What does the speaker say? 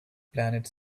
planet